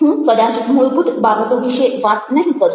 હું કદાચ મૂળભૂત બાબતો વિશે વાત નહિ કરું